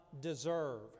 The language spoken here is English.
deserve